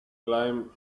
climbed